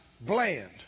bland